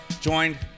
Joined